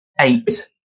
eight